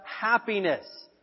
happiness